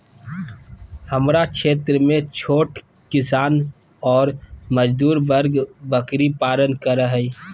हमरा क्षेत्र में छोट किसान ऑर मजदूर वर्ग बकरी पालन कर हई